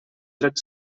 tret